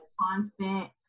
constant